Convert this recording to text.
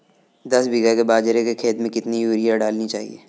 दस बीघा के बाजरे के खेत में कितनी यूरिया डालनी चाहिए?